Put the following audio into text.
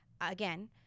again